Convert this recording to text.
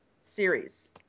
series